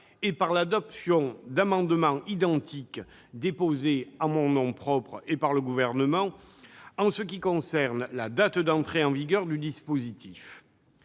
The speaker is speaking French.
et par l'adoption d'amendements identiques déposés en mon nom propre et par le Gouvernement en ce qui concerne la date d'entrée en vigueur du dispositif.